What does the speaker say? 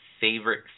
favorite